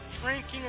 drinking